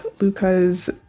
Luca's